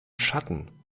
schatten